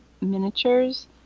miniatures